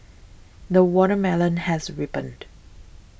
the watermelon has ripened